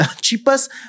Cheapest